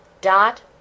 Dot